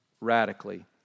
Radically